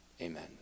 Amen